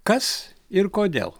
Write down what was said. kas ir kodėl